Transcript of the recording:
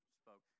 spoke